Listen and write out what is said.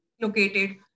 located